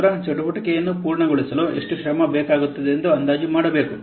ನಂತರ ಚಟುವಟಿಕೆಯನ್ನು ಪೂರ್ಣಗೊಳಿಸಲು ಎಷ್ಟು ಶ್ರಮ ಬೇಕಾಗುತ್ತದೆ ಎಂದು ಅಂದಾಜು ಮಾಡಬೇಕು